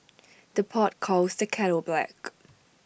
the pot calls the kettle black